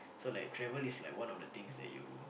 so like travel is like one of the things that you